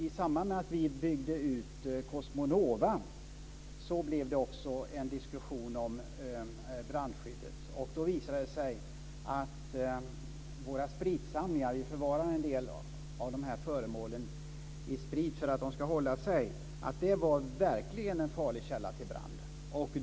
I samband med att vi byggde ut Cosmonova blev det också en diskussion om brandskyddet. Då visade det sig att våra spritsamlingar - vi förvarar en del av de här föremålen i sprit för att de ska hålla sig - verkligen var en farlig källa till brand.